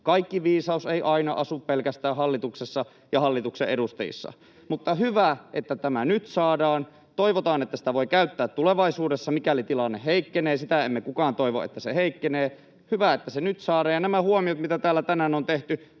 Kaikki viisaus ei aina asu pelkästään hallituksessa ja hallituksen edustajissa. Mutta hyvä, että tämä nyt saadaan. Toivotaan, että sitä voi käyttää tulevaisuudessa, mikäli tilanne heikkenee. Sitä emme kukaan toivo, että se heikkenee. Hyvä, että se nyt saadaan. Ja nämä huomiot, mitä täällä tänään on tehty,